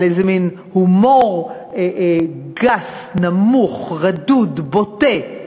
איזה מין הומור גס, נמוך, רדוד, בוטה,